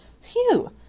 Phew